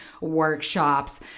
workshops